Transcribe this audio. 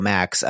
Max